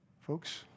Folks